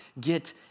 get